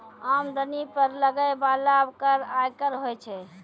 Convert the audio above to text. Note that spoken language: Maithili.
आमदनी पर लगै बाला कर आयकर होय छै